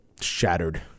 shattered